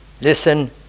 Listen